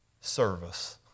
service